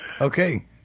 Okay